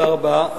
תודה רבה.